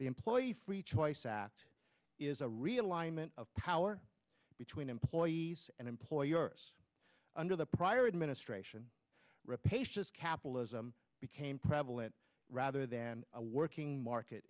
the employee free choice act is a realignment of power between employees and employers under the prior administration rep aisha's capitalism became prevalent rather than a working market